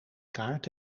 kaart